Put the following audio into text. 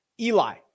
Eli